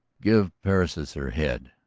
give persis her head,